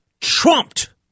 trumped